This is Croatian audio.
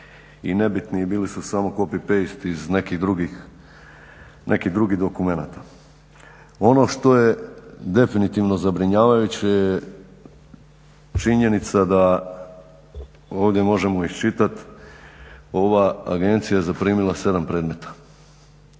i nebitni i bili su samo copy-paste iz nekih drugih dokumenata. Ono što je definitivno zabrinjavajuće je činjenica da ovdje možemo iščitati, ova je agencija zaprimila 7 predmeta,